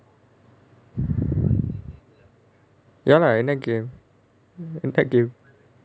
ya lah and என்ன:enna game impact game